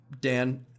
Dan